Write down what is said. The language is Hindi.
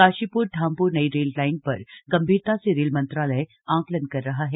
काशीपुर धामपुर नई रेल लाइन पर गंभीरता से रेल मंत्रालय आकलन कर रहा है